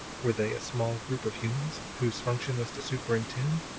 were they a small group of humans, whose function was to superintend?